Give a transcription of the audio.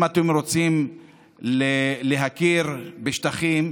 אם אתם רוצים להכיר בשטחים,